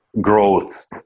growth